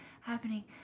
happening